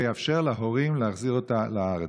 ויאפשר להורים להחזיר אותה לארץ.